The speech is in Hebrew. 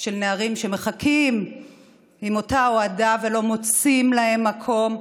לגבי נערים שמחכים עם אותה הוֹעדה ולא מוצאים להם מקום.